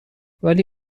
ولی